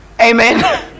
amen